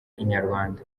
inyarwanda